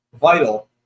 vital